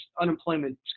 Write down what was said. unemployment